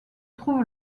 trouve